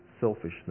selfishness